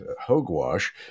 Hogwash